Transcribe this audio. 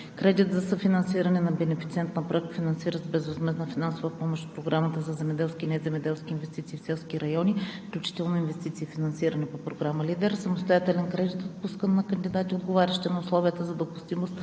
кредит за съфинансиране на бенефициент на проектофинансиране с безвъзмездна финансова помощ от Програмата за земеделски и неземеделски инвестиции в селски райони, включително инвестиции и финансиране по програма „Лидер“, самостоятелен кредит, отпускан на кандидати, отговарящи на условията за допустимост